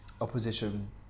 opposition